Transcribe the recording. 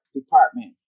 department